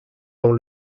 dans